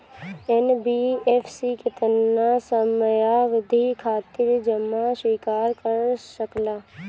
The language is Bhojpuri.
एन.बी.एफ.सी केतना समयावधि खातिर जमा स्वीकार कर सकला?